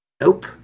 Nope